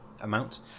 amount